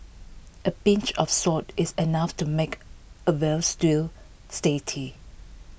A pinch of salt is enough to make A Veal Stew